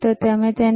આ સતત છે 15